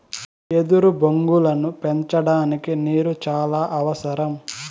ఎదురు బొంగులను పెంచడానికి నీరు చానా అవసరం